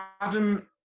Adam